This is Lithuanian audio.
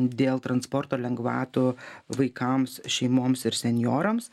dėl transporto lengvatų vaikams šeimoms ir senjorams